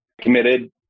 committed